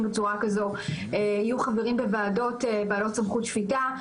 בצורה כזו יהיו חברים בוועדות בעלות סמכות שפיטה,